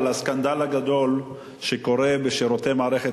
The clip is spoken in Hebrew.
על הסקנדל הגדול שקורה בשירותי מערכת